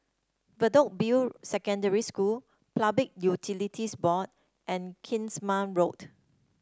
Bedok View Secondary School Public Utilities Board and Kingsmead Road